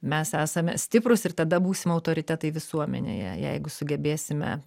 mes esame stiprūs ir tada būsim autoritetai visuomenėje jeigu sugebėsime